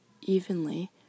evenly